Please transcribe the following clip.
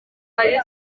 wari